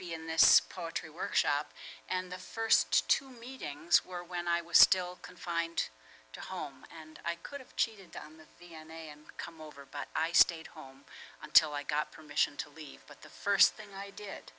be in this poetry workshop and the first two meetings were when i was still confined to home and i could have cheated on the come over but i stayed home until i got permission to leave but the first thing i did